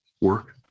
work